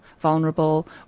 vulnerable